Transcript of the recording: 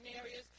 areas